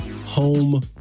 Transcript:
Home